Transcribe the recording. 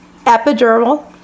epidural